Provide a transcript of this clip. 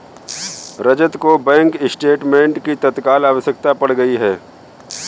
रजत को bank statement की तत्काल आवश्यकता पड़ गई है